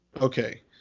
Okay